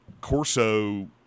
Corso